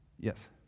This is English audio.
Yes